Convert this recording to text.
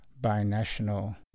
binational